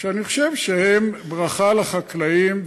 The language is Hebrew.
שאני חושב שהם ברכה לחקלאים,